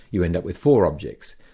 you end up with four objects.